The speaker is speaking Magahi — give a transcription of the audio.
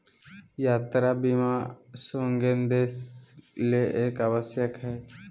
यात्रा बीमा शेंगेन देश ले एक आवश्यक हइ